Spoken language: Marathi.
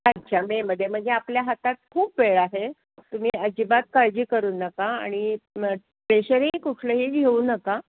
अच्छा मेमध्ये म्हणजे आपल्या हातात खूप वेळ आहे तुम्ही अजिबात काळजी करू नका आणि मग प्रेशरही कुठलंही घेऊ नका